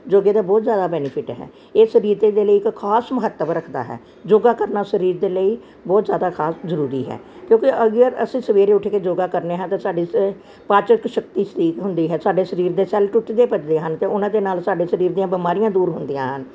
ਯੋਗੇ ਦੇ ਬਹੁਤ ਜ਼ਿਆਦਾ ਬੈਨੀਫਿਟ ਹੈ ਇਹ ਸਰੀਰ 'ਤੇ ਦੇ ਲਈ ਇੱਕ ਖ਼ਾਸ ਮਹੱਤਵ ਰੱਖਦਾ ਹੈ ਯੋਗਾ ਕਰਨਾ ਸਰੀਰ ਦੇ ਲਈ ਬਹੁਤ ਜ਼ਿਆਦਾ ਖ਼ਾਸ ਜ਼ਰੂਰੀ ਹੈ ਕਿਉਂਕਿ ਅਗਰ ਅਸੀਂ ਸਵੇਰੇ ਉੱਠ ਕੇ ਯੋਗਾ ਕਰਦੇ ਹਾਂ ਤਾਂ ਸਾਡੀ ਪਾਚਕ ਸ਼ਕਤੀ ਠੀਕ ਹੁੰਦੀ ਹੈ ਸਾਡੇ ਸਰੀਰ ਦੇ ਸੈੱਲ ਟੁੱਟਦੇ ਭਿਰਦੇ ਹਨ ਅਤੇ ਉਹਨਾਂ ਦੇ ਨਾਲ ਸਾਡੇ ਸਰੀਰ ਦੀਆਂ ਬਿਮਾਰੀਆਂ ਦੂਰ ਹੁੰਦੀਆਂ ਹਨ